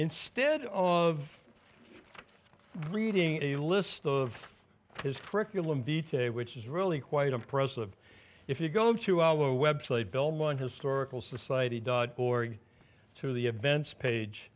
instead of reading a list of his curriculum detail which is really quite impressive if you go to our website belmont historical society dot org to the events page